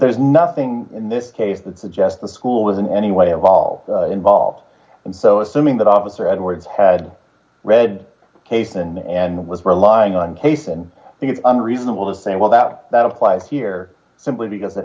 there's nothing in this case that suggests the school was in any way involved involved and so assuming that officer edwards had read caisson and was relying on case and i think it's unreasonable to say well that that applies here simply because